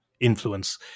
influence